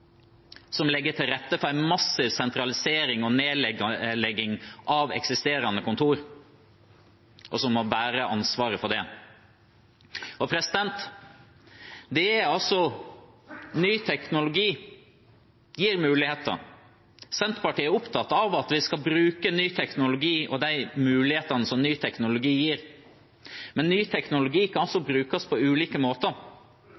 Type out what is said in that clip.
som legger til rette for en massiv sentralisering og nedlegging av eksisterende kontor, og som må bære ansvaret for det. Ny teknologi gir muligheter. Senterpartiet er opptatt av at vi skal bruke ny teknologi og mulighetene som ny teknologi gir, men ny teknologi kan også brukes på ulike måter.